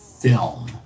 film